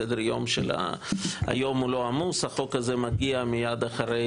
סדר-היום לא עמוס והחוק הזה מגיע מייד אחרי